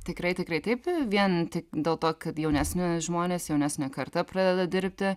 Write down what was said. tikrai tikrai taip vien dėl to kad jaunesni žmonės jaunesnė karta pradeda dirbti